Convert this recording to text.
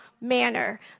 manner